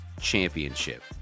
Championship